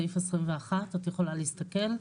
סעיף 21. את יכולה להסתכל.